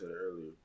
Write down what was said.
earlier